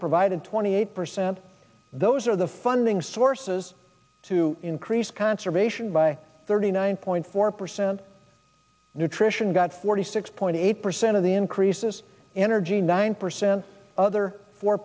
provided twenty eight percent those are the funding sources to increase conservation by thirty nine point four percent nutrition got forty six point eight percent of the increases energy nine percent other four